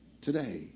today